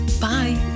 Bye